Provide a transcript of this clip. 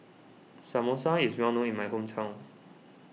Samosa is well known in my hometown